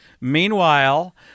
Meanwhile